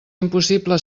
impossible